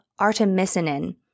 artemisinin